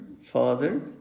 Father